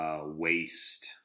waste